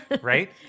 Right